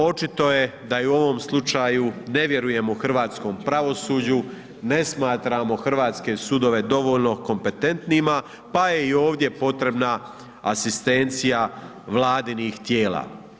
Očito je da i u ovom slučaju ne vjerujemo hrvatskom pravosuđu, ne smatramo hrvatske sudove dovoljno kompetentnima pa je i ovdje potrebna asistencija vladinih tijela.